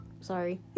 Sorry